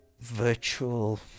virtual